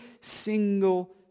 single